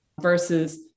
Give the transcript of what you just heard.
versus